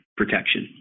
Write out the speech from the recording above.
protection